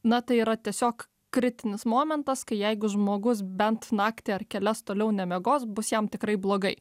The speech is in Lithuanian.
na tai yra tiesiog kritinis momentas kai jeigu žmogus bent naktį ar kelias toliau nemiegos bus jam tikrai blogai